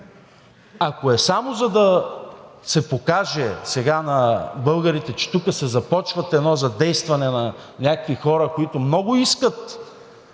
Ако е само за да се покаже сега на българите, че тук се започва едно задействане на някакви хора, които много искат